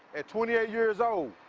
at twenty eight years old.